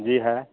जी है